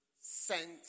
sent